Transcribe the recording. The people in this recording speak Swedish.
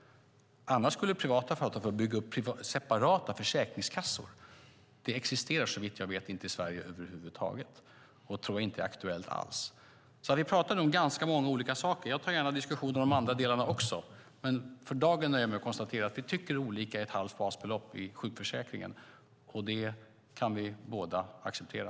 Annars skulle privata företag få bygga upp separata försäkringskassor. Det existerar såvitt jag vet inte i Sverige över huvud taget, och det tror jag inte alls är aktuellt. Vi talar om ganska många olika saker. Jag tar gärna också diskussionen om de andra delarna. Men för dagen nöjer jag mig med att konstatera att vi tycker olika om ett halvt basbelopp i sjukförsäkringen. Det kan vi båda acceptera.